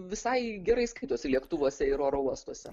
visai gerai skaitosi lėktuvuose ir oro uostuose